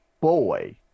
boy